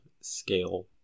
scale